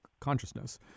consciousness